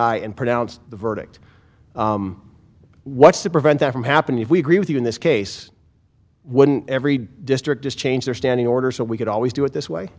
eye and pronounce the verdict what's to prevent that from happening if we agree with you in this case wouldn't every district just change their standing order so we could always do it this way